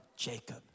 Jacob